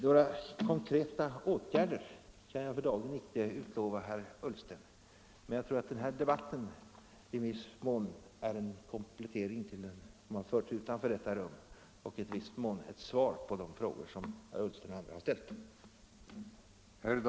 Några konkreta åtgärder kan jag för dagen inte utlova, herr Ullsten, men jag hoppas att den här debatten i viss mån är en komplettering till den debatt som förs utanför detta rum och i viss mån också ger svar på de frågor som herr Ullsten hade att ställa.